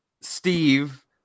Steve